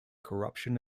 corruption